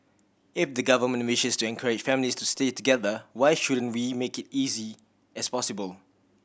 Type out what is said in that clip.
if the government wishes to encourage families to stay together why shouldn't we make it easy as possible